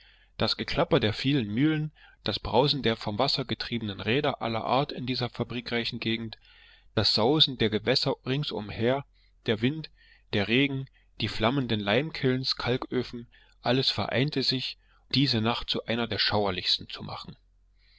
das geklapper der vielen mühlen das brausen der vom wasser getriebenen räder aller art in dieser fabrikreichen gegend das sausen der gewässer ringsumher der wind der regen die flammenden limekilns kalköfen alles vereinte sich diese nacht zu einer der schauerlichsten zu machen